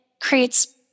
creates